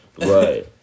Right